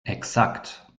exakt